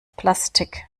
plastik